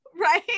right